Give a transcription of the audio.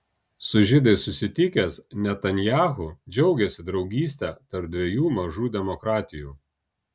su žydais susitikęs netanyahu džiaugėsi draugyste tarp dviejų mažų demokratijų